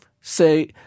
say—